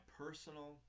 personal